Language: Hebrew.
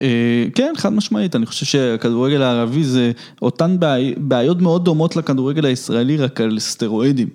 כן, חד משמעית, אני חושב שהכדורגל הערבי זה אותן בעיות מאוד דומות לכדורגל הישראלי, רק על סטרואידים.